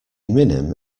minim